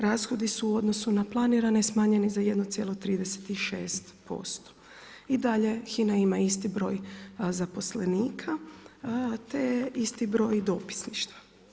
Rashodi su u odnosu na planirane smanjeni za 1,36% i dalje HINA ima isti broj zaposlenika te isti broj dopisništva.